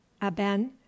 aben